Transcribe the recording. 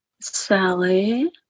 Sally